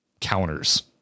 counters